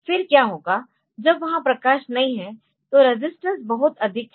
फिर क्या होगा जब वहाँ प्रकाश नहीं है तो रेजिस्टेंस बहुत अधिक है